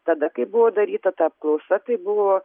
tada kai buvo daryta ta apklausa tai buvo